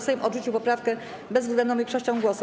Sejm odrzucił poprawkę bezwzględną większością głosów.